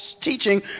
teaching